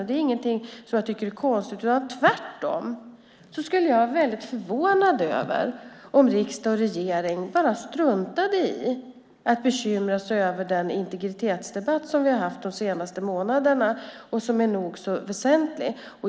Det är inget som jag tycker är konstigt. Tvärtom skulle jag bli förvånad om riksdag och regering bara struntade i att bekymra sig om den integritetsdebatt som vi har haft de senaste månaderna och som är nog så väsentlig.